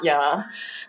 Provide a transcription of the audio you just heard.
ya